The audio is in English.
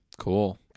cool